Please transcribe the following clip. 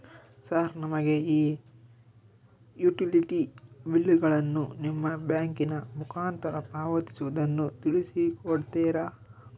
Sir ನಮಗೆ ಈ utility ಬಿಲ್ಲುಗಳನ್ನು ನಿಮ್ಮ ಬ್ಯಾಂಕಿನ ಮುಖಾಂತರ ಪಾವತಿಸುವುದನ್ನು ತಿಳಿಸಿ ಕೊಡ್ತೇರಾ?